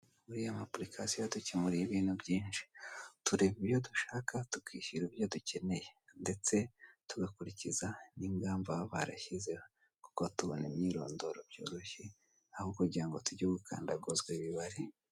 Buriya ama apurikasiyo adukemurira ibintu byinshi. Tureba ibyo dushaka tukishyura ibyo dukeneye ndetse tugakurikiza n'ingamba baba barashyizeho kuko tubona imyirondoro byoroshye aho kugira ngo tujye gukandaguzwa imibare.